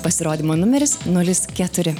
pasirodymo numeris nulis keturi